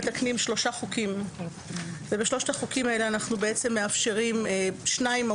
מתקנים שלושה חוקים שבשניים מהם אנחנו מאפשרים מהותית